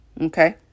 Okay